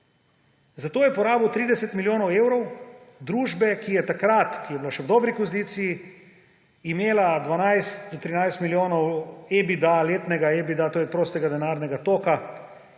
Zato je porabil 30 milijonov evrov družbe, ki je takrat, ko je bila še v dobri kondiciji, imela 12 do 13 milijonov letnega EBITDA, to je prostega denarnega toka;